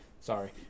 sorry